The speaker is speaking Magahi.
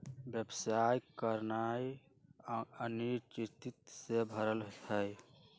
व्यवसाय करनाइ अनिश्चितता से भरल हइ